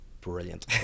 brilliant